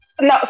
No